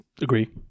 Agree